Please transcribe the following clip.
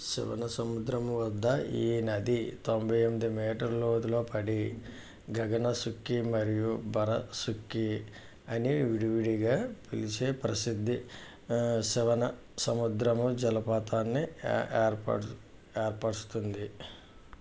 శివనసముద్రం వద్ద ఈ నది తొంభై ఎనిమిది మీటర్ లోతులో పడి గగన సుక్కి మరియు భర సుక్కి అని విడివిడిగా పిలిచే ప్రసిద్ధి శివన సముద్రం జలపాతాన్ని ఏర్ప ఏర్పరుస్తుంది